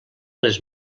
les